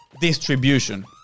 distribution